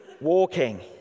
walking